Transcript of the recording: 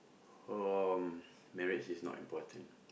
um marriage is not important